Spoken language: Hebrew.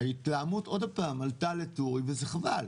ההתלהמות עוד פעם, עלתה לטורים וזה חבל.